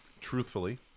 truthfully